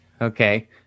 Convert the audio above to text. Okay